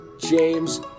James